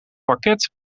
parket